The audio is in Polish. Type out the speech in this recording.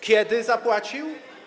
Kiedy zapłacił?